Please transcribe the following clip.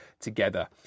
together